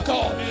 God